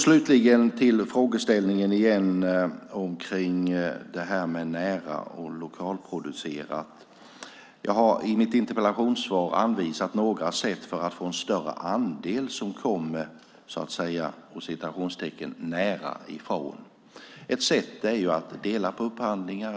Slutligen vill jag återkomma till frågan om när och lokalproducerat. Jag har i mitt interpellationssvar anvisat några sätt att få en större andel "nära ifrån". Ett sätt är att dela på upphandlingar.